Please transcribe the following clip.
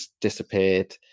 disappeared